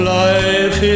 life